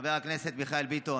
חבר הכנסת מיכאל ביטון,